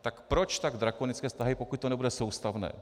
Tak proč tak drakonické vztahy, pokud to nebude soustavné.